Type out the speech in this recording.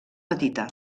petita